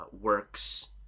works